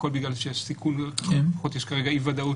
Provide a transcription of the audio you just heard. הכול בגלל שיש סיכון או לפחות יש כרגע אי ודאות